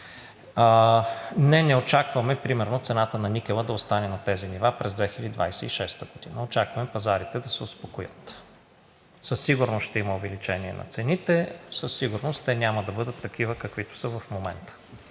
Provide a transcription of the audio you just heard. не очакваме примерно цената на никела да остане на тези нива през 2026 г. – очакваме пазарите да се успокоят. Със сигурност ще има увеличение на цените, със сигурност те няма да бъдат такива, каквито са в момента.